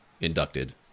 inducted